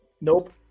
Nope